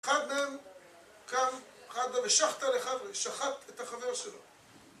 אחד מהם קם, אחד גם השחת את החבר שלו.